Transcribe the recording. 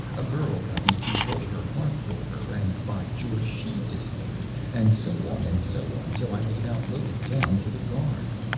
a girl got me to hold her harp for her, and by george, she disappeared and so on and so on, till i was about loaded down to the guards.